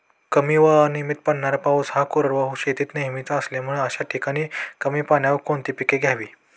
कमी व अनियमित पडणारा पाऊस हा कोरडवाहू शेतीत नेहमीचा असल्यामुळे अशा ठिकाणी कमी पाण्यावर कोणती पिके घ्यावी?